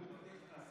הוא לא שולח.